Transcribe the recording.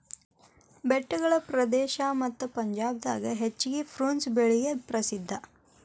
ಬೆಟ್ಟಗಳ ಪ್ರದೇಶ ಮತ್ತ ಪಂಜಾಬ್ ದಾಗ ಹೆಚ್ಚಾಗಿ ಪ್ರುನ್ಸ್ ಬೆಳಿಗೆ ಪ್ರಸಿದ್ಧಾ